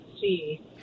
see